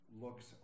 looks